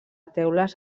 teules